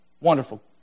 Wonderful